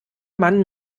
mann